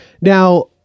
Now-